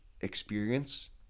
experience